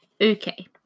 Okay